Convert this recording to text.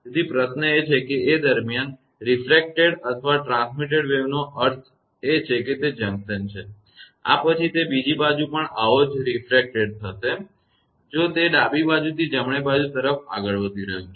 તેથી પ્રશ્ન એ છે કે એ દરમિયાન રિફ્રેક્ટેડ અથવા પ્રસારિત તરંગનો અર્થ છે કે તે જંકશન છે આ પછી તે બીજી બાજુ પણ પાછો આવશેરિફ્રેક્ટેડ જો તે આ ડાબી બાજુથી જમણી બાજુ તરફ આગળ વધી રહયું છે